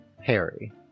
Harry